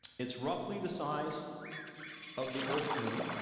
it's roughly the size of the earth's moon.